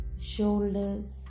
Shoulders